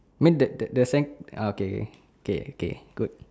mean the the the sand uh okay okay K K good